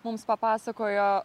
mums papasakojo